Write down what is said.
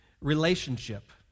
relationship